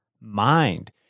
mind